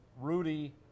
Rudy